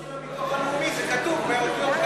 ראיתי את זה בדוח של הביטוח הלאומי באותיות כאלה.